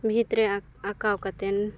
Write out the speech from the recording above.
ᱵᱷᱤᱛᱨᱮ ᱟᱸᱠᱟᱣ ᱠᱟᱛᱮᱫ